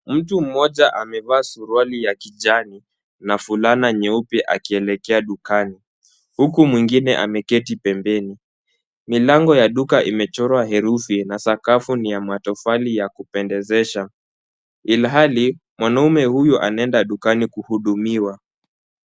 Mtu mmoja amevaa suruali ya kijani na fulana nyeupe akielekea dukani, huku mwingine ameketi pembeni. Milango ya duka imechorwa herufi na sakafu ni ya matofali yakupendezesha ilhali mwanaume huyo anaenda dukani kuhudumiwa.